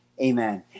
Amen